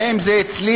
האם זה הצליח?